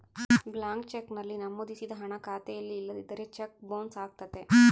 blank cheque ನಲ್ಲಿ ನಮೋದಿಸಿದ ಹಣ ಖಾತೆಯಲ್ಲಿ ಇಲ್ಲದಿದ್ದರೆ ಚೆಕ್ ಬೊನ್ಸ್ ಅಗತ್ಯತೆ